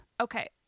Okay